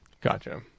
Gotcha